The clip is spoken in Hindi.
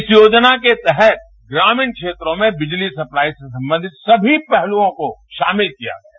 इस योजना के तहत ग्रामीण क्षेत्रों में बिजली सप्लाई से संबंधित सभी पहलुओं को शामिल किया गया है